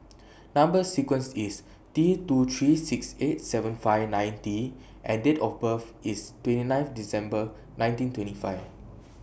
Number sequence IS T two three six eight seven five nine T and Date of birth IS twenty ninth December nineteen twenty five